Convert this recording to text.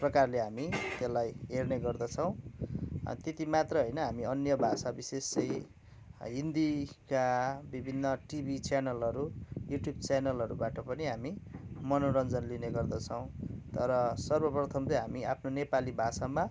प्रकारले हामी त्यसलाई हेर्ने गर्दछौँ त्यति मात्र होइन हामी अन्य भाषा बिशेष चाहिँ हिन्दीका विभिन्न टिभी च्यानलहरू युटुब च्यानलहरूबाट पनि हामी मनोरञ्जन लिने गर्दछौँ तर सर्वप्रथम चाहिँ हामी आफ्नो नेपाली भाषामा